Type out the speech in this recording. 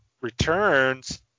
returns